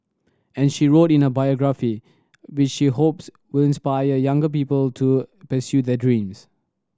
and she wrote in a biography which she hopes will inspire younger people to pursue their dreams